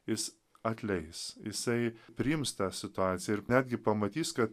jis atleis jisai priims tą situaciją ir netgi pamatys ka